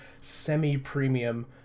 semi-premium